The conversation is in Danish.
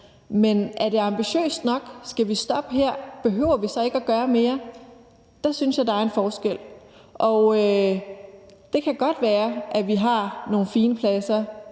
Men er det ambitiøst nok? Skal vi stoppe her? Behøver vi så ikke gøre mere? Der synes jeg, at der er en forskel. Og det kan godt være, at vi har en fin plads